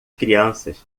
crianças